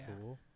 cool